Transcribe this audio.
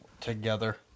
together